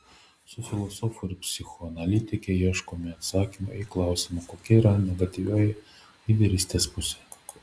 su filosofu ir psichoanalitike ieškome atsakymo į klausimą kokia yra negatyvioji lyderystės pusė